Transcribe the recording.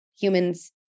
humans